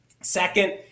Second